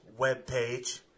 webpage